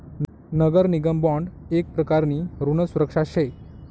नगर निगम बॉन्ड येक प्रकारनी ऋण सुरक्षा शे